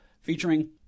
featuring